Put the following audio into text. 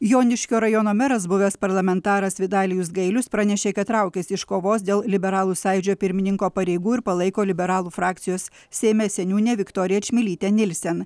joniškio rajono meras buvęs parlamentaras vitalijus gailius pranešė kad traukiasi iš kovos dėl liberalų sąjūdžio pirmininko pareigų ir palaiko liberalų frakcijos seime seniūnę viktoriją čmilytę nielsen